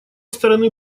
стороны